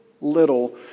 little